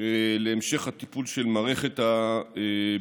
להמשך הטיפול של מערכת הביטחון.